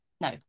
no